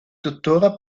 tuttora